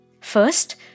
First